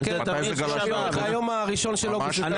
זה כן --- ליום הראשון של אוגוסט.